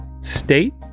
state